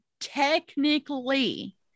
technically